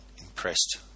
impressed